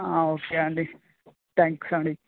okay అండి thanks అండి